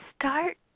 start